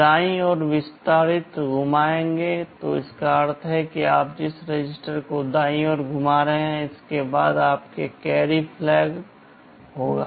दाईं ओर विस्तारित घुमाएं का अर्थ है कि आप जिस रजिस्टर को दाईं ओर घुमा रहे हैं उसके बाद आपका कैरी फ्लैग होगा